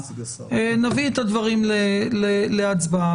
נביא את הדברים להצבעה.